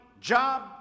job